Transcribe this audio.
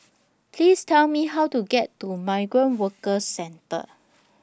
Please Tell Me How to get to Migrant Workers Centre